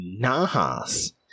Nahas